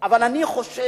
אבל אני חושב